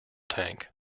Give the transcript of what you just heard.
tank